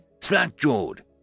slack-jawed